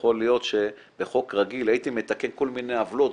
יכול להיות שבחוק רגיל הייתי מתקן כל מיני עוולות,